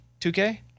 2K